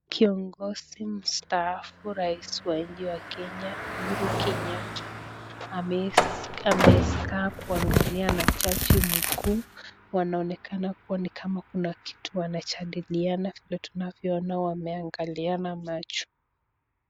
Kiongozi mstaafu rais wa nchi ya Kenya Uhuru Kenyatta amekaa kuangalia na jaji mkuu. Wanaonekana ni kama kuna kitu wanajadiliana vile tunavyoona wameangaliana macho.